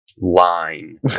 line